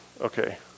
Okay